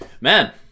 Man